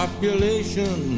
Population